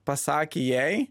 pasakė jai